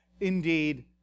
indeed